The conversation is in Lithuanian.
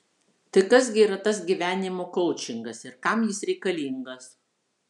tai kas gi yra tas gyvenimo koučingas ir kam jis reikalingas